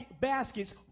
baskets